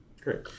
Great